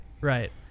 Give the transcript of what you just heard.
right